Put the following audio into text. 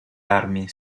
armi